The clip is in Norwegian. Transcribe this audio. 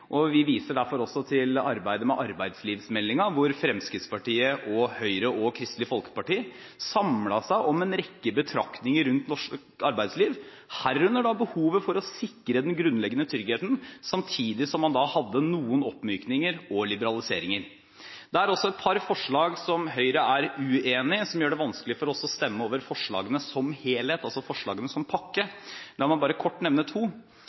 i. Vi viser derfor til arbeidet med arbeidslivsmeldingen, hvor Fremskrittspartiet, Høyre og Kristelig Folkeparti samlet seg om en rekke betraktninger rundt norsk arbeidsliv, herunder behovet for å sikre den grunnleggende tryggheten, samtidig som man hadde noen oppmykninger og liberaliseringer. Det er også et par forslag som Høyre er uenig i, som gjør det vanskelig for oss å stemme over forslagene som helhet, altså forslagene som en pakke. La meg bare kort nevne to.